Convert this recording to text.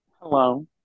Hello